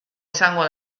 izango